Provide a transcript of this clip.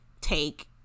take